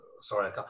sorry